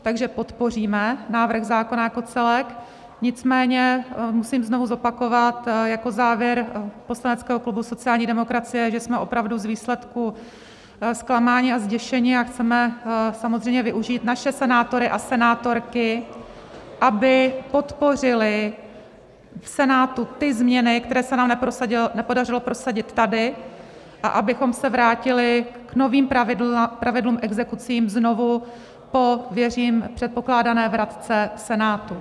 Takže podpoříme návrh zákona jako celek, nicméně musím znovu zopakovat jako závěr poslaneckého klubu sociální demokracie, že jsme opravdu z výsledku zklamáni a zděšeni a chceme samozřejmě využít naše senátory a senátorky, aby podpořili v Senátu ty změny, které se nám nepodařilo tady prosadit a abychom se vrátili k novým pravidlům exekucí znovu po věřím předpokládané vratce ze Senátu.